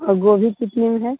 और गोभी कितने में है